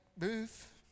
move